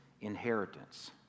inheritance